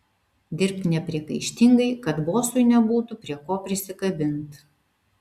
dirbk nepriekaištingai kad bosui nebūtų prie ko prisikabint